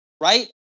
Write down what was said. right